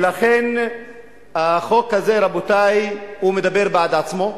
לכן החוק הזה, רבותי, מדבר בעד עצמו.